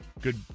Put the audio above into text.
good